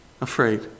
afraid